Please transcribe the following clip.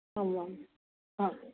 आं वा हा